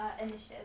initiative